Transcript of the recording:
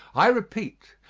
i repeat,